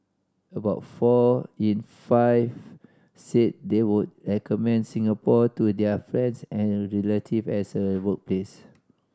about four in five say they would recommend Singapore to their friends and relative as a workplace